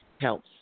helps